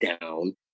down